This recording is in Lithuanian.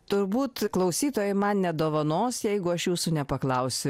turbūt klausytojai man nedovanos jeigu aš jūsų nepaklausiu